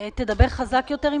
אני